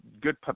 good